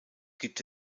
gibt